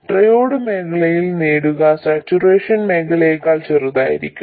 triode മേഖലയിൽ നേടുക saturation മേഖലയേക്കാൾ ചെറുതായിരിക്കും